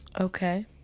Okay